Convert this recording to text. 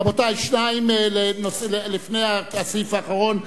רבותי, שניים לפני הסעיף האחרון.